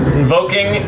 invoking